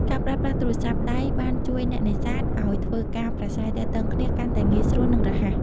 ការប្រើប្រាស់ទូរស័ព្ទដៃបានជួយអ្នកនេសាទឱ្យធ្វើការប្រាស្រ័យទាក់ទងគ្នាកាន់តែងាយស្រួល និងរហ័ស។